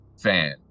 fan